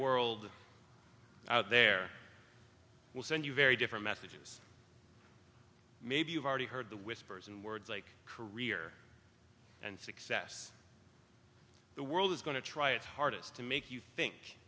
world out there will send you very different messages maybe you've already heard the whispers and words like career and success the world is going to try its hardest to make you think